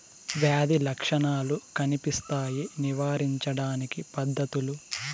వ్యాధి లక్షణాలు కనిపిస్తాయి నివారించడానికి పద్ధతులు?